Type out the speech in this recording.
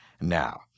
now